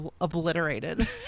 obliterated